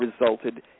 resulted